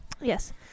Yes